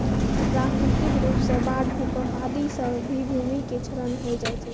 प्राकृतिक रूप सॅ बाढ़, भूकंप आदि सॅ भी भूमि के क्षरण होय जाय छै